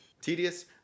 tedious